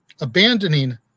abandoning